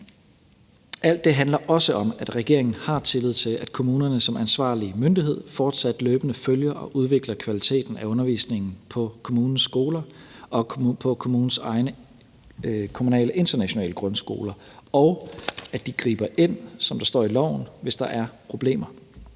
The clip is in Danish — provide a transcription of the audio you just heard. Alt det handler også om, at regeringen har tillid til, at kommunerne som ansvarlig myndighed fortsat løbende følger og udvikler kvaliteten af undervisningen på kommunens skoler og på kommunens egne kommunale internationale grundskoler, og at de griber ind, som der står i loven, hvis der er problemer.